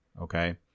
okay